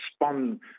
respond